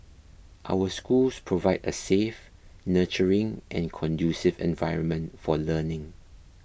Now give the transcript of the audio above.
our schools provide a safe nurturing and conducive environment for learning